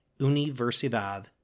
Universidad